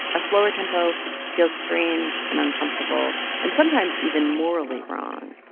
a slower tempo feels strange and uncomfortable and sometimes even morally wrong.